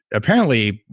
apparently,